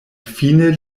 fine